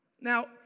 now